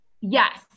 Yes